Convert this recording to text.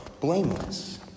blameless